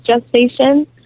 gestation